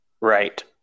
Right